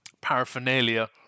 paraphernalia